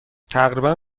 تقریبا